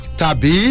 tabi